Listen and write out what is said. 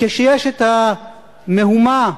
כשיש המהומה